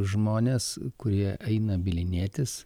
žmonės kurie eina bylinėtis